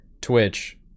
Twitch